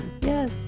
Yes